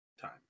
time